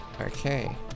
Okay